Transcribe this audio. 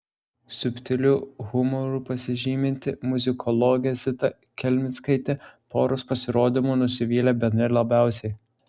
subtiliu humoru pasižyminti muzikologė zita kelmickaitė poros pasirodymu nusivylė bene labiausiai